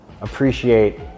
appreciate